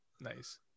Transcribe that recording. Nice